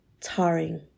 tarring